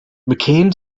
mccain